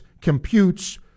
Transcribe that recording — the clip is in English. computes